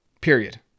period